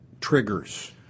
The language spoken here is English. triggers